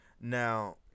Now